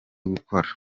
gukora